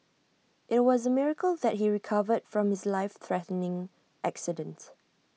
IT was A miracle that he recovered from his life threatening accident